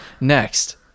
next